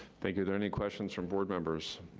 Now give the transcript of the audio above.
thank you. are there any questions from board members?